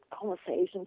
conversations